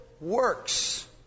works